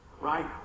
right